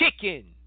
chicken